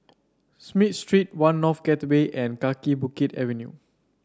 Smith Street One North Gateway and Kaki Bukit Avenue